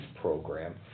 program